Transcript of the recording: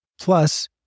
Plus